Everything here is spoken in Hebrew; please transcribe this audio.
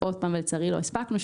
ולצערי לא הספקנו,